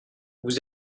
vous